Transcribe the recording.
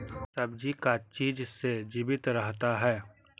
सब्जी का चीज से जीवित रहता है?